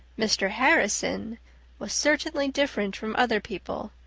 mr. harrison was certainly different from other people.